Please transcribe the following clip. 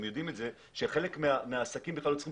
הם יודעים את זה שחלק מהעסקים לא צריכים